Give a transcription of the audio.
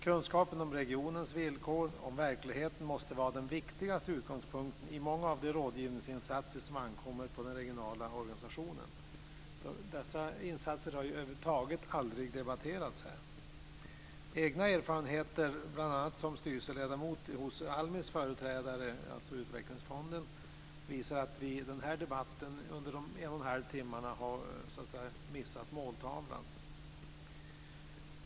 Kunskapen om regionens villkor och verklighet måste vara den viktigaste utgångspunkten i många av de rådgivningsinsatser som ankommer på den regionala organisationen. Dessa insatser har över huvud taget aldrig debatterats här. ALMI:s föregångare Utvecklingsfonden, visar att vi i den här debatten under en och en halv timme så att säga har missat måltavlan.